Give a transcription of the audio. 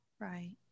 Right